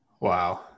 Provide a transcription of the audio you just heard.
Wow